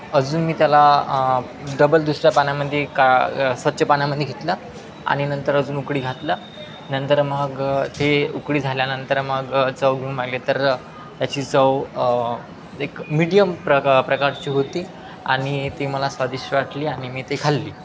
अजून मी त्याला डबल दुसऱ्या पाण्यामध्ये का स्वच्छ पाण्यामध्ये घेतला आणि नंतर अजून उकळी घातला नंतर मग ते उकळी झाल्यानंतर मग चव गुन मागले तर त्याची चव एक मीडियम प्र प्रकारची होती आणि ती मला स्वादिष्ट वाटली आणि मी ते खाल्ली